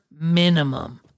minimum